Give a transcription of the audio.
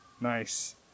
Nice